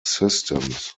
systems